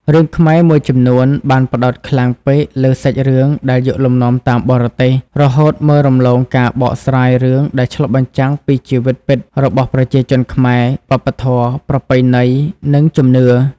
រឿងខ្មែរមួយចំនួនបានផ្តោតខ្លាំងពេកលើសាច់រឿងដែលយកលំនាំតាមបរទេស រហូតមើលរំលងការបកស្រាយរឿងដែលឆ្លុះបញ្ចាំងពី ជីវិតពិតរបស់ប្រជាជនខ្មែរ វប្បធម៌ ប្រពៃណី និងជំនឿ។